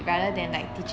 orh